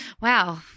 Wow